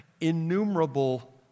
innumerable